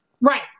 Right